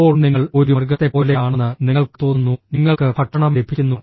ഇപ്പോൾ നിങ്ങൾ ഒരു മൃഗത്തെപ്പോലെയാണെന്ന് നിങ്ങൾക്ക് തോന്നുന്നു നിങ്ങൾക്ക് ഭക്ഷണം ലഭിക്കുന്നു